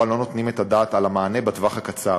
לא נותנים את הדעת על מענה בטווח הקצר.